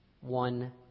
one